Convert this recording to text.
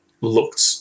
looked